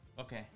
Okay